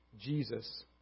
Jesus